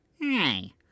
Hey